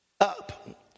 up